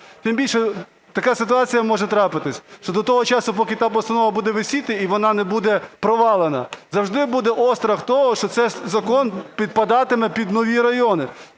Тим більше, така ситуація може трапитись, що до того часу, поки та постанова буде висіти і вона не буде провалена, завжди буде острах того, що цей закон підпадатиме під нові райони.